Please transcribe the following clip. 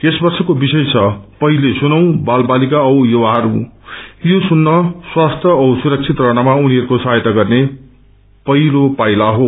यस वर्षको विषय छ पहिले सुनौ बाल बालिका औ युवाहरू यो सुन्न स्वस्थ्य औ सुरक्षित रहनमा उनीहरूको सहायता गर्ने पहिलो पाइला हो